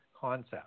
concept